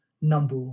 number